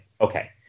okay